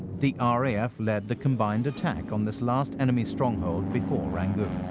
the ah raf led the combined attack on this last enemy stronghold before rangoon.